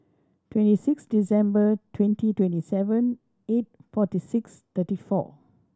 twenty six December twenty twenty seven eight forty six thirty four